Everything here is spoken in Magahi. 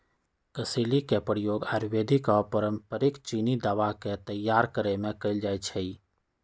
कसेली के प्रयोग आयुर्वेदिक आऽ पारंपरिक चीनी दवा के तइयार करेमे कएल जाइ छइ